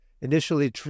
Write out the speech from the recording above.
Initially